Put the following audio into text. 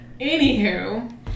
anywho